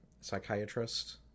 psychiatrist